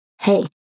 hey